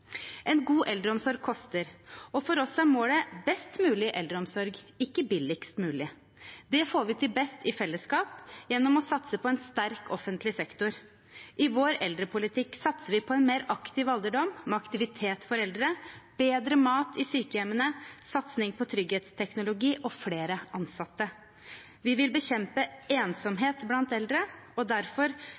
En god eldreomsorg koster, og for oss er målet best mulig eldreomsorg, ikke billigst mulig. Det får vi til best i fellesskap, gjennom å satse på en sterk offentlig sektor. I vår eldrepolitikk satser vi på en mer aktiv alderdom, med aktivitet for eldre, bedre mat i sykehjemmene, satsing på trygghetsteknologi og flere ansatte. Vi vil bekjempe ensomhet blant eldre, og derfor